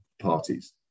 parties